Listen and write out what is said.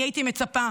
אני הייתי מצפה